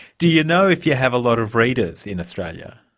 do you know if you have a lot of readers in australia?